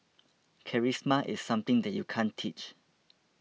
charisma is something that you can't teach